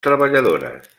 treballadores